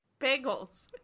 bagels